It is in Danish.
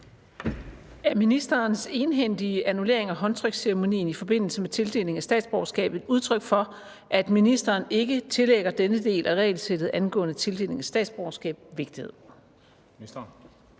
Er ministerens egenhændige annullering af håndtryksceremonien i forbindelse med tildeling af statsborgerskab et udtryk for, at ministeren ikke tillægger denne del af regelsættet angående tildeling af statsborgerskab vigtighed?